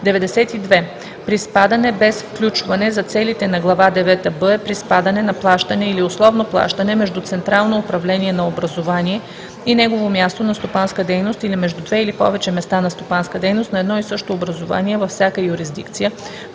92. „Приспадане без включване“ за целите на глава девета „б“ е приспадане на плащане или условно плащане между централно управление на образувание и негово място на стопанска дейност или между две или повече места на стопанска дейност на едно и също образувание, във всяка юрисдикция,